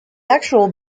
actual